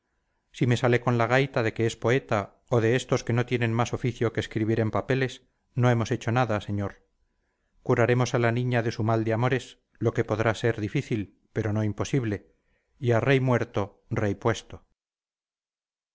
si me sale con la gaita de que es poeta o de estos que no tienen más oficio que escribir en papeles no hemos hecho nada señor curaremos a la niña de su mal de amores lo que podrá ser difícil pero no imposible y a rey muerto rey puesto